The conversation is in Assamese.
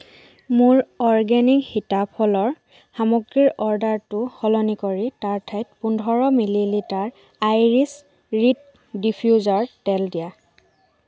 মোৰ অৰ্গেনিক সীতাফলৰ সামগ্ৰীৰ অৰ্ডাৰটো সলনি কৰি তাৰ ঠাইত পোন্ধৰ মিলিলিটাৰ আইৰিছ ৰিড ডিফিউজাৰ তেল দিয়া